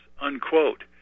unquote